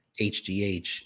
HGH